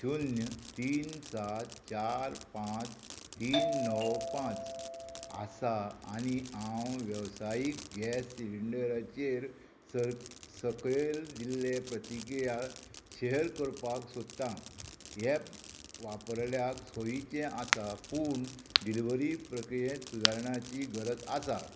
शुन्य तीन सात चार पांच तीन णव पांच आसा आनी हांव वेवसायीक गॅस सिलिंडराचेर स सकयल दिल्ले प्रतिक्रिया शेअर करपाक सोदतां एप वापरल्याक सोयीचें आसा पूण डिलिव्हरी प्रक्रियेंत सुदारणाची गरज आसा